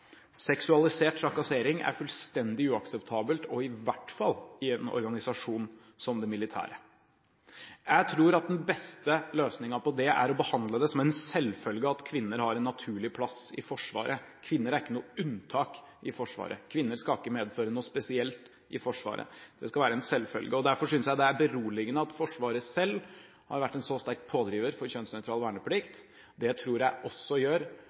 Seksualisert trakassering er fullstendig uakseptabelt, i hvert fall i en organisasjon som den militære. Jeg tror at den beste løsningen på det er å behandle som en selvfølge at kvinner har en naturlig plass i Forsvaret – kvinner er ikke noe unntak i Forsvaret, kvinner skal ikke medføre noe spesielt i Forsvaret. Det skal være en selvfølge. Derfor synes jeg det er beroligende at Forsvaret selv har vært en så sterk pådriver for kjønnsnøytral verneplikt. Det tror jeg også gjør